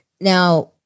Now